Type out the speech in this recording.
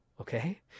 okay